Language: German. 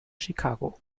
chicago